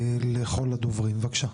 בבקשה,